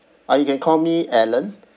uh you can call me alan